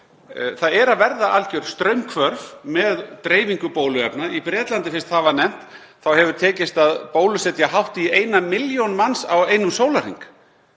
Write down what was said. Það eru að verða algjör straumhvörf með dreifingu bóluefna. Í Bretlandi, fyrst það var nefnt, hefur tekist að bólusetja hátt í eina milljón manns á einum sólarhring.